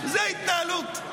זו התנהלות.